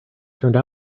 turned